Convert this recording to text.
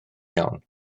iawn